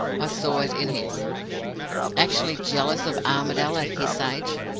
i saw it in his actually jealous of armadale at his age!